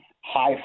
high